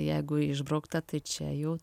jeigu išbraukta tai čia jų